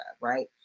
right